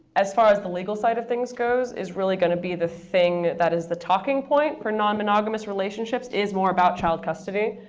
as far as the legal side of things goes, is really going to be the thing that is the talking point for non-monogamous relationships is more about child custody.